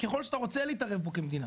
ככל שאתה רוצה להתערב בו כמדינה.